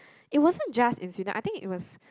it wasn't just in Sweden I think it was